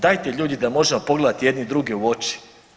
Dajte ljudi da možemo pogledati jedni druge u oči.